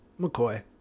McCoy